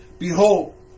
Behold